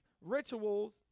rituals